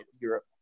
Europe